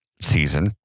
season